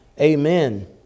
Amen